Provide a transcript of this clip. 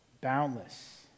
Boundless